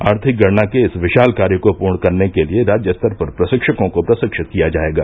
आर्थिक गणना के इस विशाल कार्य को पूर्ण करने के लिए राज्य स्तर पर प्रशिक्षकों को प्रशिक्षित किया जाएगा